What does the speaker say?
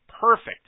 perfect